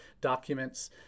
documents